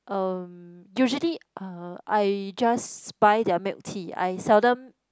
uh usually uh I just buy their milk tea I seldom